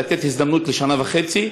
לתת הזדמנות לשנה וחצי,